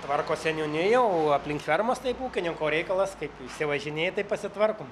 tvarko seniūnija o aplink fermas taip ūkininko reikalas kaip išsivažinėja taip pasitvarkom